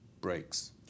breaks